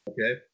Okay